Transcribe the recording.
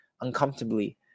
uncomfortably